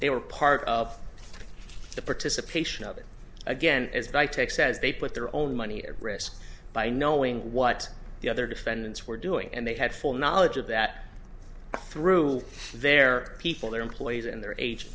they were part of the participation of it again is by take says they put their own money at risk by knowing what the other defendants were doing and they had full knowledge of that through their people their employees and their age